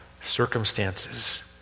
circumstances